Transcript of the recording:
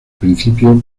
principio